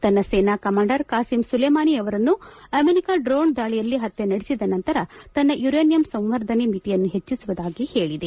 ತನ್ನ ಸೇನಾ commander Qasem Soleimani ಅವರನ್ನು ಅಮೆರಿಕ ಡ್ರೋಣ್ ದಾಳಿಯಲ್ಲಿ ಪತ್ತೆ ನಡೆಸಿದ ನಂತರ ತನ್ನ ಯುರೇನಿಯಂ ಸಂವರ್ಧನೆ ಮಿತಿಯನ್ನು ಹೆಚ್ಚಿಸುವುದಾಗಿ ಹೇಳಿದೆ